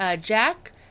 Jack